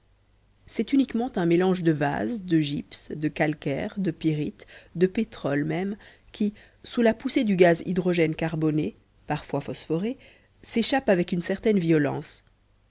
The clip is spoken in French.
c'est uniquement un mélange de vase de gypse de calcaire de pyrite de pétrole même qui sous la poussée du gaz hydrogène carboné parfois phosphoré s'échappe avec une certaine violence